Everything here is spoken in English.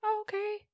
okay